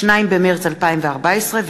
2 במרס 2014,